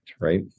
Right